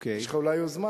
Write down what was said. יש לך אולי יוזמה,